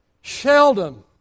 Sheldon